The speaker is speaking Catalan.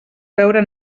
veure